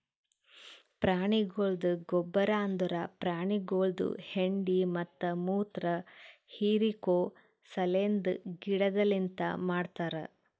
ಪ್ರಾಣಿಗೊಳ್ದ ಗೊಬ್ಬರ್ ಅಂದುರ್ ಪ್ರಾಣಿಗೊಳ್ದು ಹೆಂಡಿ ಮತ್ತ ಮುತ್ರ ಹಿರಿಕೋ ಸಲೆಂದ್ ಗಿಡದಲಿಂತ್ ಮಾಡ್ತಾರ್